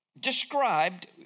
described